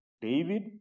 David